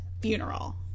funeral